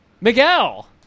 Miguel